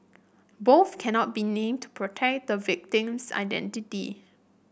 both cannot be named protect the victim's identity